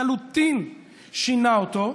לחלוטין שינה אותו,